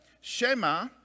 Shema